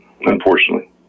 unfortunately